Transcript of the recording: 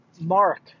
mark